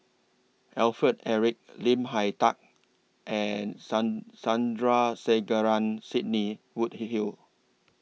Alfred Eric Lim Hak Tai and Sand Sandrasegaran Sidney Woodhull